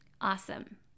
Awesome